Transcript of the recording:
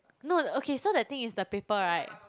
no okay so the thing is the paper [right]